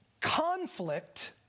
conflict